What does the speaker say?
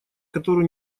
которую